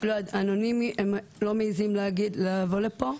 אפילו בצורה אנונימית הם לא מעזים לבוא לפה.